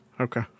Okay